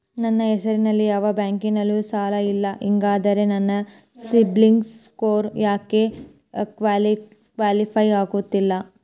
ನನ್ನ ಹೆಸರಲ್ಲಿ ಯಾವ ಬ್ಯಾಂಕಿನಲ್ಲೂ ಸಾಲ ಇಲ್ಲ ಹಿಂಗಿದ್ದಾಗ ನನ್ನ ಸಿಬಿಲ್ ಸ್ಕೋರ್ ಯಾಕೆ ಕ್ವಾಲಿಫೈ ಆಗುತ್ತಿಲ್ಲ?